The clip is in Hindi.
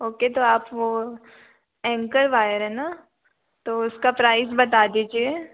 ओ के तो आप वह एंकर वायर है ना तो उसका प्राइस बता दीजिए